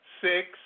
six